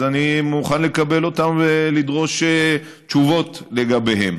אני מוכן לקבל אותם ולדרוש תשובות לגביהם.